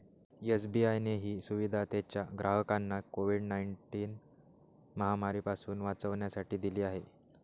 SBI ने ही सुविधा त्याच्या ग्राहकांना कोविड नाईनटिन महामारी पासून वाचण्यासाठी दिली आहे